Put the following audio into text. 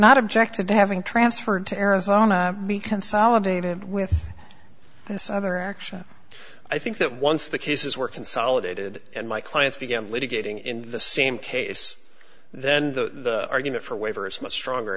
not objected to having transferred to arizona be consolidated with this other action i think that once the cases were consolidated and my clients began litigating in the same case then the argument for waiver is much stronger